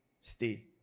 stay